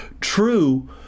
true